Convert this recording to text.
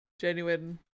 genuine